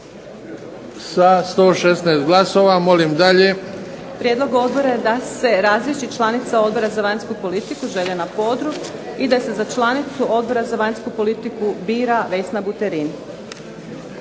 Nevenka (HDZ)** Prijedlog odbora je da se razriješi članica Odbora za vanjsku politiku Željana Podrug i da se za članicu odbora za vanjsku politiku bira Vesna Buterin.